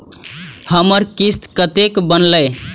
हमर किस्त कतैक बनले?